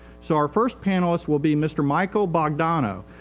so our first panelist will be mr michael bogdanow.